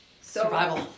survival